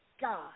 God